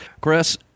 Chris